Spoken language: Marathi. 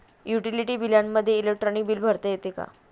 युटिलिटी बिलामध्ये इलेक्ट्रॉनिक बिल भरता येते का?